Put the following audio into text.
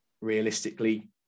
realistically